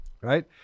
right